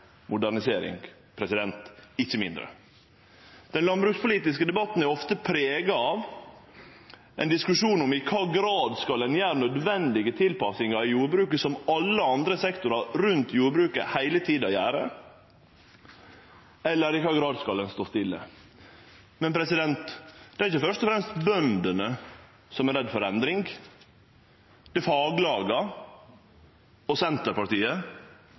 modernisering, ikkje mindre. Den landbrukspolitiske debatten er ofte prega av ein diskusjon om i kva grad ein skal gjere nødvendige tilpassingar i jordbruket, som alle andre sektorar rundt jordbruket heile tida gjer, eller i kva grad ein skal stå stille. Men det er ikkje først og fremst bøndene som er redde for endring. Det er faglaga, Senterpartiet og